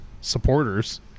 supporters